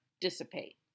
dissipate